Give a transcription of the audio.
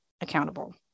accountable